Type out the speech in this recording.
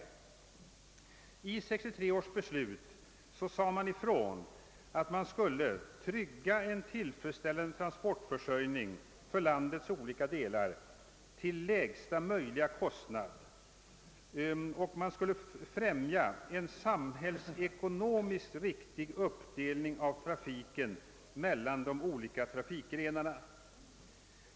I 1963 års beslut sades ifrån, att man skulle trygga en tillfredsställande transportförsörjning för landets olika delar till lägsta möjliga kostnad och främja en samhällsekonomiskt riktig uppdelning av trafiken mellan de olika trafikgrenarna.